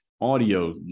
Audio